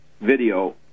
video